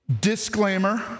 Disclaimer